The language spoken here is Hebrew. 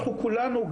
כולנו,